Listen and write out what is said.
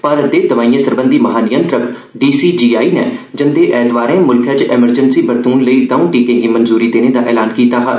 भारत दे दवाईए सरबंधी महानियंत्रक डी सी जी आई नै जंदे ऐतवारे मुल्खै च एमरजेन्सी बरतून लेई दौं टीकें गी मंजूरी देने दा ऐलान कीता हा